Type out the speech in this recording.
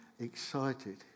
excited